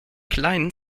kleinen